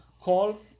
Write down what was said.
call